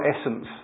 essence